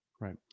Right